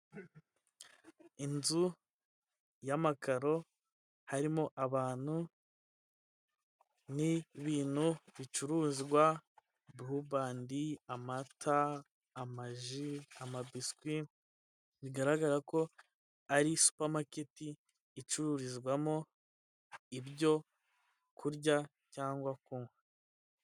Inzu y'amakaro harimo abantu n'ibintu bicuruzwa, burubandi, amata, amaji ama biswi, bigaragara ko ari supamaketi icururizwamo ibyo kurya cyangwa kunywa.